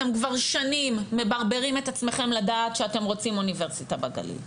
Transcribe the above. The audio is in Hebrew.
אתם כבר שנים מברברים את עצמכם לדעת שאתם רוצים אוניברסיטה בגליל.